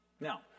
Now